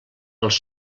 els